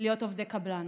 להיות עובדי קבלן.